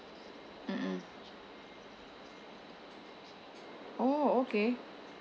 mm mm oh okay